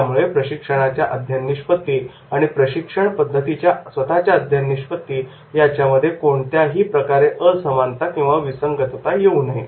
त्यामुळे प्रशिक्षणाच्या अध्ययन निष्पत्ती आणि प्रशिक्षण पद्धतीच्या स्वतःच्या अध्ययन निष्पत्ती याच्या मध्ये कोणत्याही प्रकारे असमानता किंवा विसंगतता येऊ नये